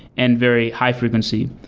and very high frequency.